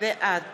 בעד